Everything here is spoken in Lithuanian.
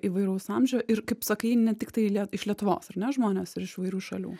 įvairaus amžių ir kaip sakai ne tiktai lie iš lietuvos ar ne žmonės ir iš įvairių šalių